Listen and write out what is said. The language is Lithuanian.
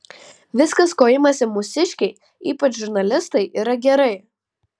viskas ko imasi mūsiškiai ypač žurnalistai yra gerai